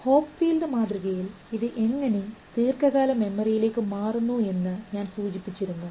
Hopfield മാതൃകയിൽ ഇത് എങ്ങനെ ദീർഘ കാല മെമ്മറിയിലേക്ക് മാറുന്നു എന്ന് ഞാൻ സൂചിപ്പിച്ചിരുന്നു